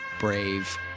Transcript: brave